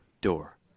Door